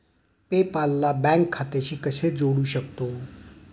पे पाल ला बँक खात्याशी कसे जोडू शकतो?